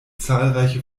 zahlreiche